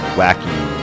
wacky